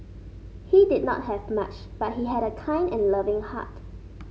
he did not have much but he had a kind and loving heart